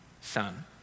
son